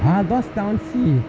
ah das down see